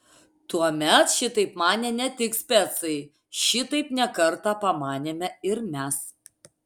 tuomet šitaip manė ne tik specai šitaip ne kartą pamanėme ir mes